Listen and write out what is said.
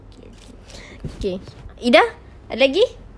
okay okay okay ida ada lagi